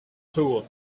tour